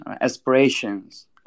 aspirations